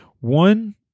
One